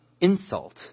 insult